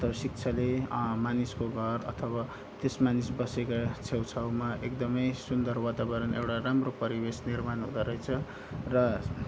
शिक्षाले मानिसको घर अथवा मानिस बसेका छेउछाउमा एकदमै सुन्दर वातावरण एउटा राम्रो परिवेश निर्माण हुँदोरहेछ र